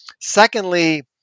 Secondly